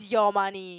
your money